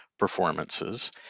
performances